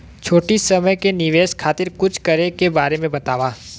छोटी समय के निवेश खातिर कुछ करे के बारे मे बताव?